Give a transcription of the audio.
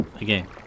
Again